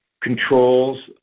controls